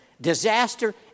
disaster